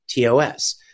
TOS